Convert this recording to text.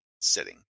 sitting